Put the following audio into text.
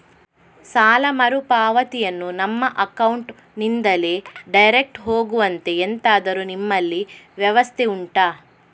ಸಾಲ ಮರುಪಾವತಿಯನ್ನು ನಮ್ಮ ಅಕೌಂಟ್ ನಿಂದಲೇ ಡೈರೆಕ್ಟ್ ಹೋಗುವಂತೆ ಎಂತಾದರು ನಿಮ್ಮಲ್ಲಿ ವ್ಯವಸ್ಥೆ ಉಂಟಾ